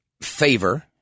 favor